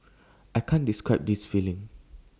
I can't describe this feeling